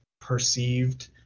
perceived